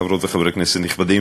חברות וחברי כנסת נכבדים,